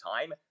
time